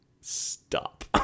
stop